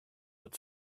but